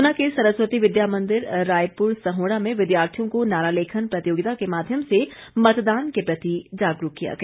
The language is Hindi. ऊना के सरस्वती विद्या मंदिर रायपुर सहोड़ां में विद्यार्थियों को नारा लेखन प्रतियोगिता के माध्यम से मतदान के प्रति जागरूक किया गया